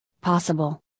possible